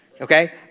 Okay